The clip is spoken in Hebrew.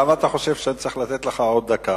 למה אתה חושב שאני צריך לתת לך עוד דקה?